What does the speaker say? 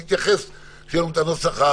כשיהיה לנו את הנוסח,